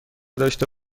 داشته